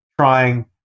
trying